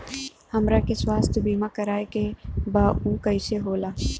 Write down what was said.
हमरा के स्वास्थ्य बीमा कराए के बा उ कईसे होला?